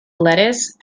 lettuce